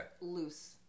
loose